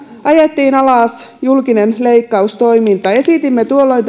ajettiin alas julkinen leikkaustoiminta esitimme tuolloin